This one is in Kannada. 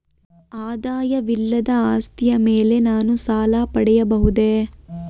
ಆದಾಯವಿಲ್ಲದ ಆಸ್ತಿಯ ಮೇಲೆ ನಾನು ಸಾಲ ಪಡೆಯಬಹುದೇ?